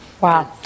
Wow